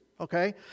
okay